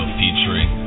featuring